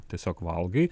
tiesiog valgai